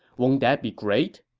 won't that be great?